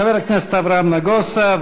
חבר הכנסת אברהם נגוסה,